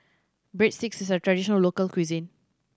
breadsticks is a traditional local cuisine